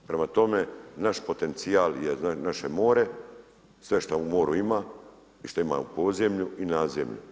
Prema tome, naš potencijal je naše more, sve što u moru ima i šta ima u podzemlju i nadzemlju.